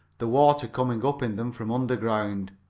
the water coming up in them from underground.